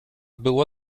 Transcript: było